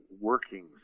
workings